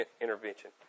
intervention